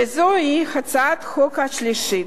וזוהי הצעת החוק השלישית.